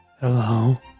Hello